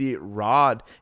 rod